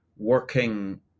Working